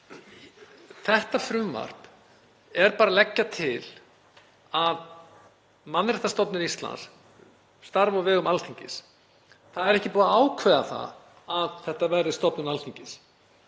þessu frumvarpi er bara verið að leggja til að Mannréttindastofnun Íslands starfi á vegum Alþingis. Það er ekki búið að ákveða að þetta verði stofnun Alþingis.